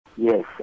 Yes